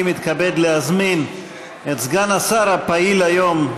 אני מתכבד להזמין את סגן השר הפעיל היום,